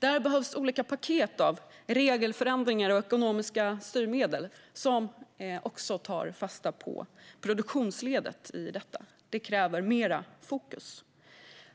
Där behövs olika paket av regelförändringar och ekonomiska styrmedel som tar fasta också på produktionsledet, vilket kräver mer fokus.